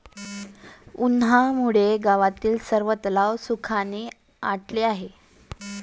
उन्हामुळे गावातील सर्व तलाव सुखाने आटले आहेत